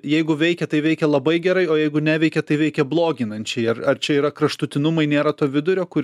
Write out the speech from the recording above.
jeigu veikia tai veikia labai gerai o jeigu neveikia tai veikia bloginančiai ar ar čia yra kraštutinumai nėra to vidurio kur